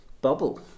bubble